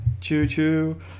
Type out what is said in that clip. Choo-choo